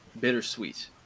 bittersweet